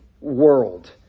World